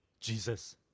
Jesus